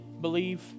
believe